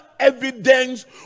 evidence